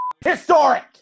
historic